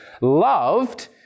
loved